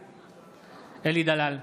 בעד אלי דלל,